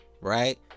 right